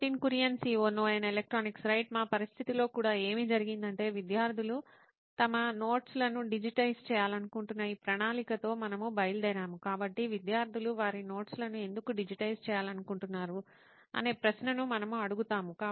Nitin Kurian COO నోయిన్ electronics right మా పరిస్థితిలో కూడా ఏమి జరిగిందంటే విద్యార్థులు తమ నోట్స్ లను డిజిటైజ్ చేయాలనుకుంటున్న ఈ ప్రణాళికతో మనము బయలుదేరాము కాబట్టి విద్యార్థులు వారి నోట్స్ లను ఎందుకు డిజిటైజ్ చేయాలనుకుంటున్నారు అనే ప్రశ్నను మనము అడుగుతాము